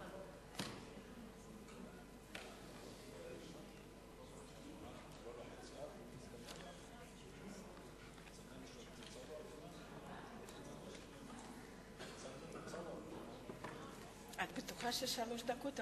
שלוש דקות.